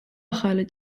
ახალი